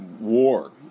war